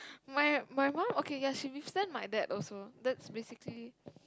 my my mum okay ya she withstand my dad also that's basically